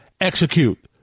execute